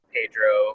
Pedro